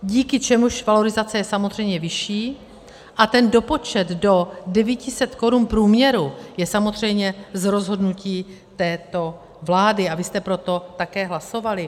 Díky čemuž valorizace je samozřejmě vyšší a ten dopočet do 900 korun průměru je samozřejmě z rozhodnutí této vlády, a vy jste pro to také hlasovali.